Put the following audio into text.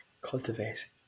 Cultivate